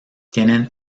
tienen